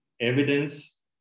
evidence